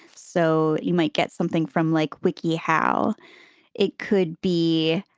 so you might get something from like wiki, how it could be,